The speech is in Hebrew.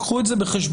קחו את זה בחשבון.